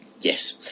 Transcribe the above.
Yes